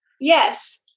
Yes